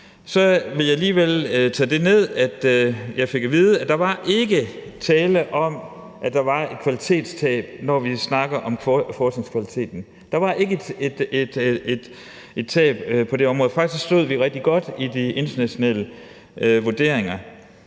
vil jeg alligevel tage det ned, at jeg fik at vide, at der ikke var tale om, at der var et kvalitetstab, når vi snakker om forskningskvaliteten. Der var ikke et tab på det område. Faktisk stod vi rigtig godt i de internationale vurderinger.